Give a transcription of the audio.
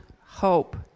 hope